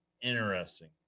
Interesting